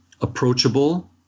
approachable